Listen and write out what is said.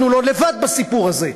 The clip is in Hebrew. אנחנו לא לבד בסיפור הזה.